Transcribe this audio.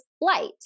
light